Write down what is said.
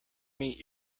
meet